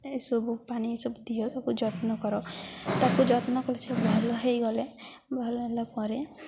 ଏସବୁ ପାଣି ଏସବୁ ଦିଅ ତାକୁ ଯତ୍ନ କର ତାକୁ ଯତ୍ନ କଲେ ସେ ଭଲ ହେଇଗଲେ ଭଲ ହେଲା ପରେ